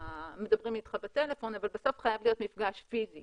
מדברים אתך בטלפון אבל בסוף חייב להיות מפגש פיזי